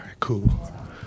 Cool